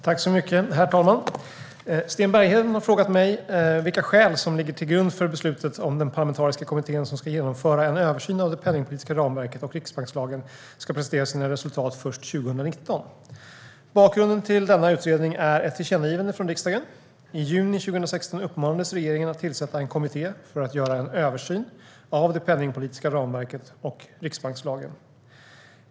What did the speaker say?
Herr talman! Sten Bergheden har frågat mig vilka skäl som ligger till grund för beslutet att den parlamentariska kommitté som ska genomföra en översyn av det penningpolitiska ramverket och riksbankslagen ska presentera sina resultat först 2019. Bakgrunden till denna utredning är ett tillkännagivande från riksdagen. I juni 2016 uppmanades regeringen att tillsätta en kommitté för att göra en översyn av det penningpolitiska ramverket och riksbankslagen.